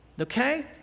Okay